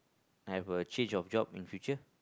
I will change of job in the future